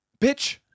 Bitch